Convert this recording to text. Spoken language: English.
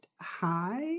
Hi